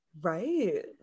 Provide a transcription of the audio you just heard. right